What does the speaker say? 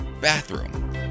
bathroom